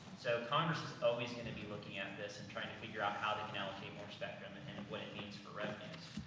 so congress is always gonna be looking at this, and trying to figure out how they can allocate more spectrum, and and what it means for revenues.